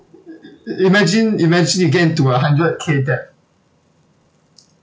i~ i~ imagine imagine you get into a hundred K debt